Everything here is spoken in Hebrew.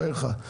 בחייך.